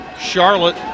Charlotte